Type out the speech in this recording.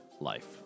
life